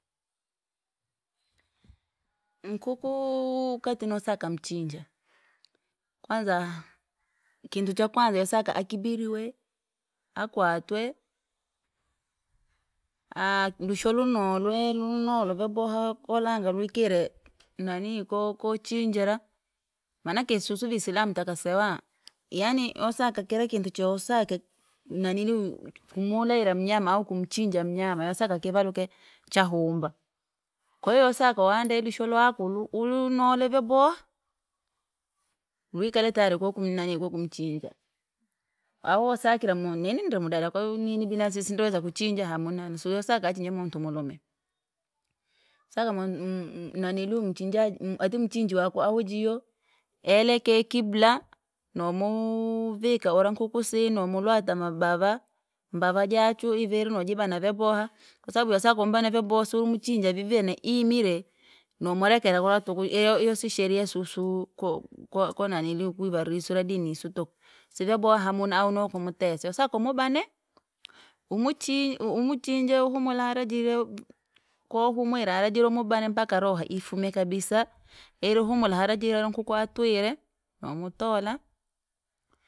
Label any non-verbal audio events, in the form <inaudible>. Nkukuu! Kati nosaka mchinja, kwanza kintu chakwanza yosaka akibiriwe, akwatwe, aaha lusholu nu <noise> lweu, lunolwe vyaboha kolanga lwikire nanii ko- kochinjira. Manake susu visilamu takasewa, yani yosaka kira kintu chewosaka naniliuu kumuleyira mnyama au kumchinja mnyama yosaka kivoluke chaninihumba, kwa hiyo yasoka wandae lusho lwaku ulu- ulunole vyaboha, lwikale tayari kokumnanii kokamchinja. au wasakire mu- nini? Ndri mudala kwahiyo nini binafsi sindreweza kuchinja hamuna, nisiyosaka achinje muntu mulume. Saka mu- m- mnaniliu mjinjaji ati mchinji wako ahujiyo, elekea ikibla, nomuuvika ura nkuku si nomu lwata mabava, mbava jachu iviri nujibana vyaboha. Kwasababu yosaka umbane vyaboha siurimuchinje vi vene imire, nomurekera kura tuku iyo si- shereia susu ko- ko- konanilia kuivisila dini isi tutu. Sivyaboha hamuna au nukumutese saukumubane! Umuchi uumuchinje uhumulale jile, koo humwire hara jire umubane mpakas roho ifume kabisa, iri humula hara jile la nkuku atwire, nomutola.